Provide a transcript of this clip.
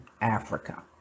Africa